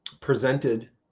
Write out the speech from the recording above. presented